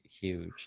huge